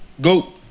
Go